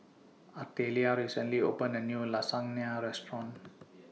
Artelia recently opened A New Lasagna Restaurant